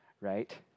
right